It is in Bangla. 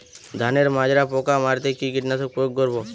ধানের মাজরা পোকা মারতে কি কীটনাশক প্রয়োগ করব?